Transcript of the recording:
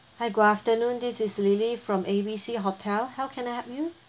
hi good afternoon this is lily from A B C hotel how can I help you